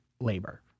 labor